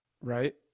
right